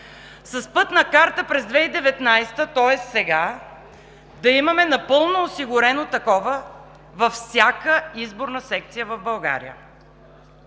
с пътна карта през 2019 г., тоест сега да имаме напълно осигурено такова във всяка изборна секция в България.